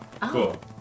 Cool